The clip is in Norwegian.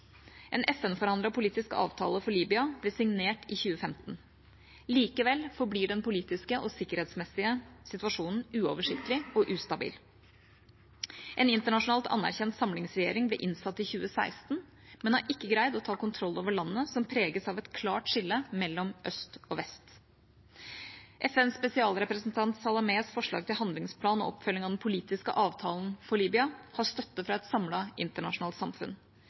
En FN-forhandlet politisk avtale for Libya ble signert i 2015. Likevel forblir den politiske og sikkerhetsmessige situasjonen uoversiktlig og ustabil. En internasjonalt anerkjent samlingsregjering ble innsatt i 2016, men har ikke greid å ta kontroll over landet, som preges av et klart skille mellom øst og vest. FNs spesialrepresentant Salamés forslag til handlingsplan og oppfølging av den politiske avtalen for Libya har støtte fra et samlet internasjonalt samfunn.